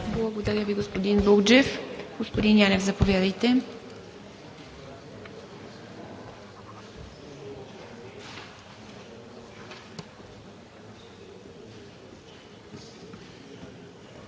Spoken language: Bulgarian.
Благодаря Ви, господин Бурджев. Господин Янев, заповядайте.